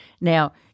Now